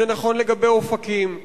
זה נכון לגבי אופקים,